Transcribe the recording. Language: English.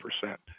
percent